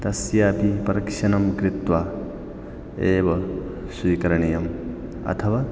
तस्यापि परीक्षणं कृत्वा एव स्वीकरणीयम् अथवा